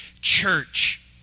church